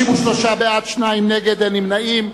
53 בעד, שניים נגד ואין נמנעים.